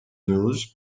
news